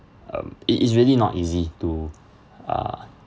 um it is really not easy to uh